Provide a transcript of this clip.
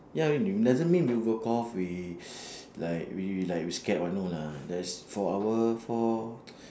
ya we doesn't mean we walk off we like we we like we scared or no lah there's for our for